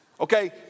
Okay